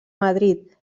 madrid